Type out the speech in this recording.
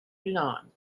hoileáin